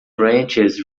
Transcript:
branches